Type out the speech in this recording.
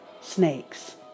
snakes